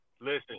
Listen